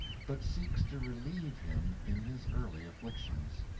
but seeks to relieve him in his early afflictions.